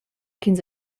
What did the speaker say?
ch’ins